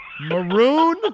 Maroon